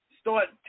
start